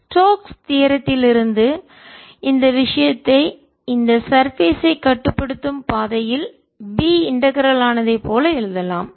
Stokes தியரத்திலிருந்து தேற்றத்திலிருந்து இந்த விஷயத்தை இந்த சர்பேஸ் ஐ மேற்பரப்பில் கட்டுப்படுத்தும் பாதையில் B இன்டகரல் ஆனதை ஒருங்கிணைந்து போல எழுதலாம்